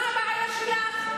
מה הבעיה שלך?